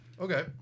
okay